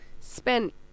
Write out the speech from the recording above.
Spent